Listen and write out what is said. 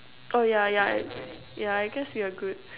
oh yeah yeah yeah I guess we're good